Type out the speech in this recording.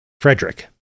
Frederick